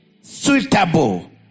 suitable